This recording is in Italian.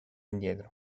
indietro